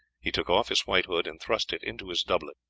he took off his white hood and thrust it into his doublet.